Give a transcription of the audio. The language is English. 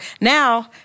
now